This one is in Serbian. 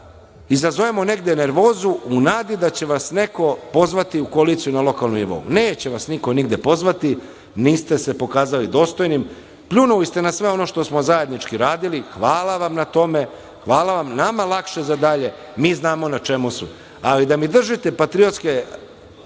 izazovemo negde nervozu u nadi da će vas neko pozvati u koaliciju na lokalnom nivou. Neće vs niko nigde pozvati, niste se pokazali dostojnim, pljunuli ste na sve ono što smo zajednički radili, hvala vam na tome, nama lakše za dalje, mi znamo na čemu smo, ali da mi držite patriotske